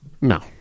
No